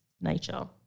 nature